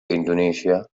indonesia